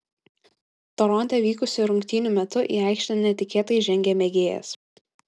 toronte vykusių rungtynių metu į aikštę netikėtai žengė mėgėjas